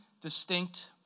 distinct